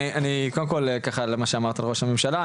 קודם כל לגבי מה שאמרת על ראש הממשלה,